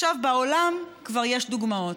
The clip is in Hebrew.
בעולם כבר יש דוגמאות.